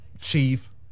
chief